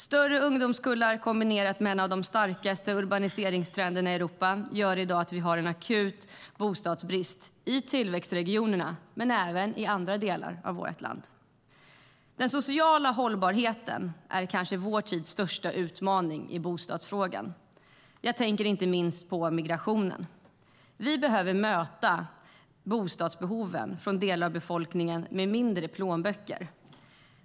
Större ungdomskullar kombinerat med en av de starkaste urbaniseringstrenderna i Europa gör att vi i dag har akut bostadsbrist i tillväxtregionerna men även i andra delar av vårt land. Den sociala hållbarheten är vår tids kanske största utmaning i bostadsfrågan. Jag tänker inte minst på migrationen. Vi behöver möta bostadsbehoven från delar av befolkningen med mindre plånböcker.